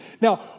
Now